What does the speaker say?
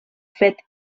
fet